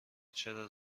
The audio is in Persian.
چرا